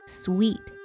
sweet